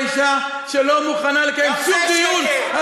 לא שמעתי, אני בתורה מבין לא פחות ממך.